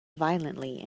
violently